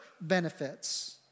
benefits